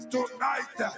Tonight